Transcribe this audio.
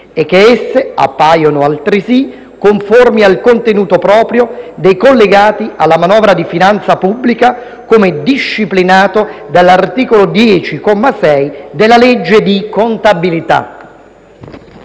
e che esse appaiono, altresì, conformi al contenuto proprio dei collegati alla manovra di finanza pubblica, come disciplinato dall’articolo 10, comma 6, della legge di contabilità».